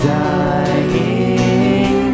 dying